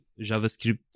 JavaScript